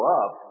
up